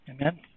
Amen